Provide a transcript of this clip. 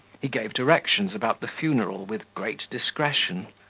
he gave directions about the funeral with great discretion,